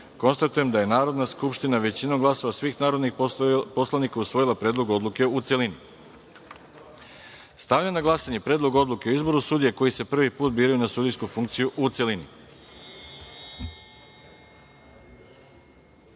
poslanika. Konstatujem da je Narodna skupština većinom glasova svih narodnih poslanika usvojila Predlog odluke u celini. Stavljam na glasanje Predlog odluke o izboru sudija koji se prvi put biraju na sudijsku funkciju u